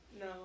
No